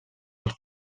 als